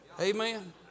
Amen